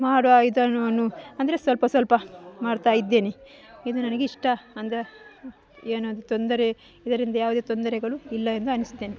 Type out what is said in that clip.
ಮಾಡುವ ವಿಧಾನವನ್ನು ಅಂದರೆ ಸ್ವಲ್ಪ ಸ್ವಲ್ಪ ಮಾಡ್ತಾ ಇದ್ದೇನೆ ಇದು ನನಗೆ ಇಷ್ಟ ಅಂದರೆ ಏನಾದ್ರೂ ತೊಂದರೆ ಇದರಿಂದ ಯಾವ್ದೇ ತೊಂದರೆಗಳು ಇಲ್ಲ ಎಂದು ಎಣಿಸಿದ್ದೇನೆ